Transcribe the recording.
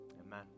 Amen